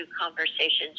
conversations